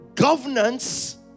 Governance